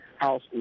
House